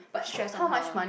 stress on her